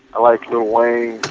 i like lil wayne.